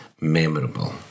memorable